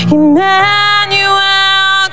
Emmanuel